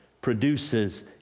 produces